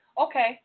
Okay